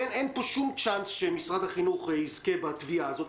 אין פה שום צ'אנס שמשרד החינוך יזכה בתביעה הזאת.